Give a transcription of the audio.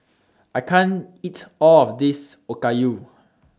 I can't eat All of This Okayu